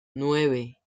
nueve